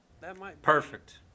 perfect